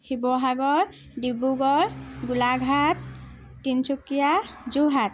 Sivasagar Dibrugarh Golaghat Tinsukia Jorhat